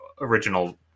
original